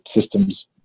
systems